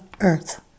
Earth